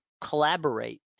collaborate